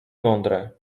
mądre